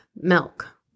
milk